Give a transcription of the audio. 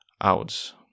out